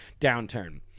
downturn